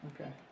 Okay